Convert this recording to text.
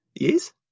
Yes